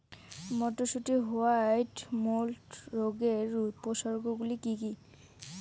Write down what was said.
মটরশুটির white mould রোগের উপসর্গগুলি কী কী?